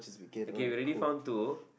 okay we already found two